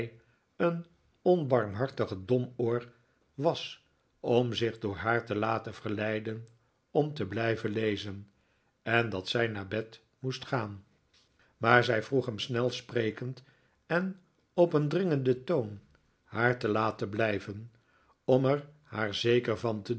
een onbarmhartige domoor was om zich door haar te laten verleiden om te blijven lezen en dat zij naar bed moest gaan maar zij vroeg hem snel sprekend en op een dringenden toon haar te laten blijven om er haar zeker van te